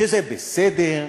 שזה בסדר,